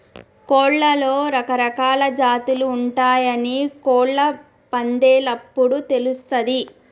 కోడ్లలో రకరకాలా జాతులు ఉంటయాని కోళ్ళ పందేలప్పుడు తెలుస్తది